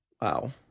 Wow